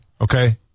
Okay